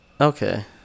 Okay